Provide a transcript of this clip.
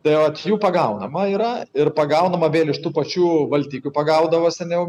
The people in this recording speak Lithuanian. tai vat jų pagaunama yra ir pagaunama vėl iš tų pačių valtikių pagaudavo seniau